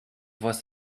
was